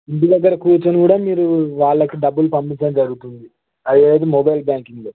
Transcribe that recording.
ఇంటి దగ్గరే కూర్చుని కూడా మీరు వాళ్ళకి డబ్బులు పంపించడం జరుగుతుంది అదేది మొబైల్ బ్యాంకింగ్లో